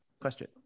question